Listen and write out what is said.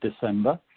December